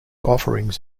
offerings